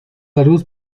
largos